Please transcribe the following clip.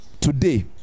today